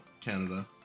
Canada